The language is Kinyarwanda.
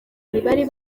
ntibari